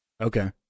Okay